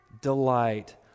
delight